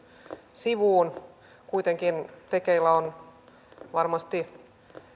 sivuun kuitenkin tekeillä on varmasti